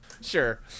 Sure